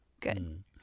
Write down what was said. Good